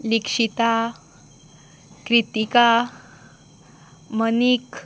Likshita Kritika Manik